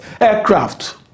aircraft